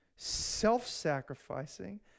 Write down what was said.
self-sacrificing